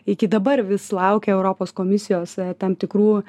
iki dabar vis laukia europos komisijos tam tikrų